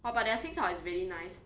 what but their 清炒 is really nice